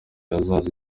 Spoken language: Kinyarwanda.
azaza